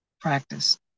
practice